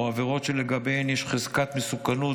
או בעבירות שלגביהן יש חזקת מסוכנות,